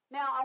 Now